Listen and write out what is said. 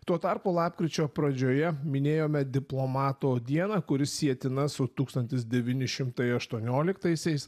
tuo tarpu lapkričio pradžioje minėjome diplomatų dieną kuri sietina su tūkstantis devyni šimtai aštuonioliktaisiais